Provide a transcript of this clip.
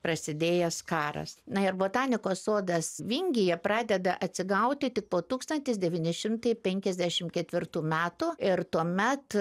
prasidėjęs karas na ir botanikos sodas vingyje pradeda atsigauti tik po tūkstantis devyni šimtai penkiasdešim ketvirtų metų ir tuomet